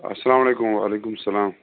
اَسلام علیکُم وعلیکُم اسَلام